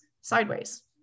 sideways